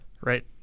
right